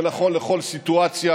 זה נכון לכל סיטואציה,